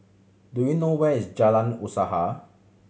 do you know where is Jalan Usaha